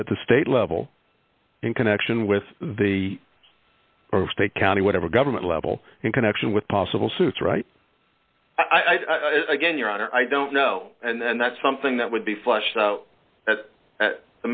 at the state level in connection with the state county whatever government level in connection with possible suits right i again your honor i don't know and that's something that would be flushed out